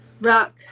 Rock